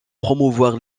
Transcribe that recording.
promouvoir